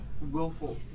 Willful